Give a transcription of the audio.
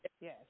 Yes